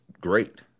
great